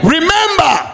Remember